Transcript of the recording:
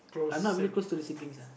I'm not really close to the siblings uh